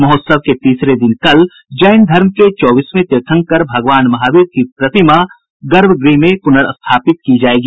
महोत्सव के तीसरे दिन कल जैन धर्म के चौबीसवें तीर्थंकर भगवान महावीर की प्रतिमा की गर्भगृह में पुर्नस्थापना की जायेगी